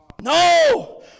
No